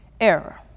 error